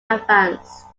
advanced